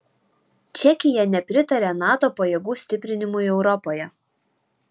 čekija nepritaria nato pajėgų stiprinimui europoje